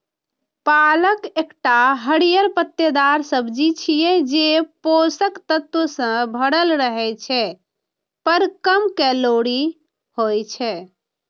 पालक एकटा हरियर पत्तेदार सब्जी छियै, जे पोषक तत्व सं भरल रहै छै, पर कम कैलोरी होइ छै